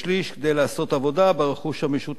כדי לעשות עבודה ברכוש המשותף.